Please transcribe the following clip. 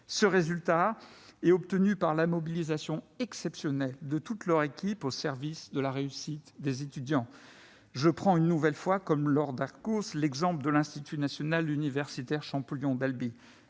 Ce résultat est obtenu par la mobilisation exceptionnelle de toutes leurs équipes au service de la réussite des étudiants. Je prends à mon tour, après Laure Darcos, l'exemple de l'institut national universitaire Champollion d'Albi.